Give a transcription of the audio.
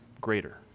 greater